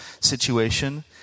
situation